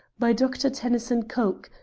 by dr. tennyson coke,